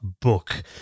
book